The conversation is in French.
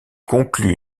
concluent